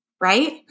right